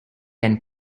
and